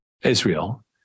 Israel